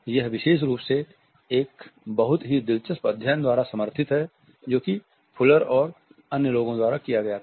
यह विशेष रूप से एक बहुत ही दिलचस्प अध्ययन द्वारा समर्थित है जो कि फुलर और अन्य लोगों द्वारा किया गया था